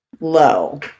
low